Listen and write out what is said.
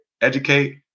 educate